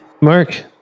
Mark